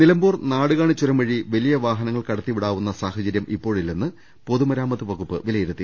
നിലമ്പൂർ നാടുകാണി ചൂരം വഴി വലിയ വാഹനങ്ങൾ കടത്തിവി ടാവുന്ന സാഹചരൃം ഇപ്പോഴില്ലെന്ന് പൊതുമരാമത്ത് വകുപ്പ് വില യിരുത്തി